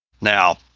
Now